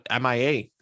MIA